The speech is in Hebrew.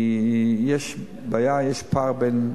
כי יש בעיה, יש פער בין,